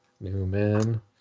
Newman